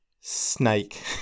snake